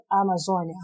Amazonia